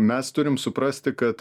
mes turim suprasti kad